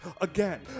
again